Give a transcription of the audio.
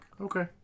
Okay